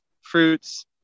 fruits